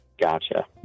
Gotcha